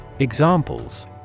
Examples